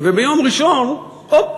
וביום ראשון, הופ,